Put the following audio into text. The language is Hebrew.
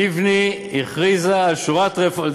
לבני הכריזה על שורת רפורמות,